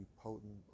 potent